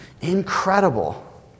Incredible